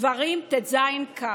דברים ט"ז כ'.